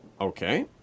okay